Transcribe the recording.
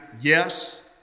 yes